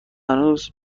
هنوز